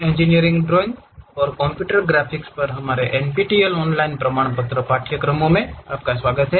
engineering drawing और computer graphics पर हमारे NPTEL ऑनलाइन प्रमाणपत्र पाठ्यक्रमों में आपका स्वागत है